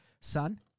son